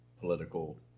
political